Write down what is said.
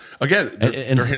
Again